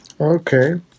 Okay